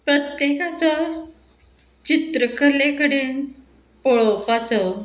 प्रत्येकाचो चित्रकले कडेन पळोवपाचो